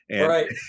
Right